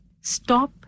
stop